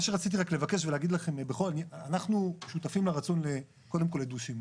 אנחנו שותפים לרצון קודם כל לדו-שימוש.